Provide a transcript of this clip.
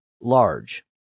large